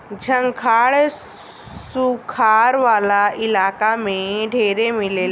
झंखाड़ सुखार वाला इलाका में ढेरे मिलेला